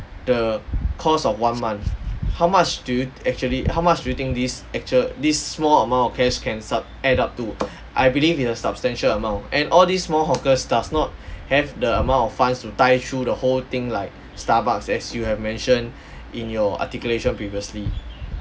the cost of one month how much do you th~ actually how much do you think this actual this small amount of cash can sub add up too I believe it's a substantial amount and all these small hawkers does not have the amount of funds to tie through the whole thing like starbucks as you have mentioned in your articulation previously